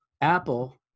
Apple